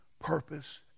purpose